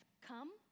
come